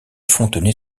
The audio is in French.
fontenay